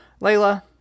Layla